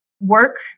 work